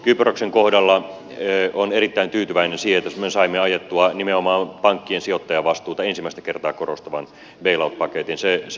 kyproksen kohdalla olen erittäin tyytyväinen siihen että me saimme ajettua nimenomaan pankkien sijoittajavastuuta ensimmäistä kertaa korostavan bail out paketin